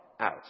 out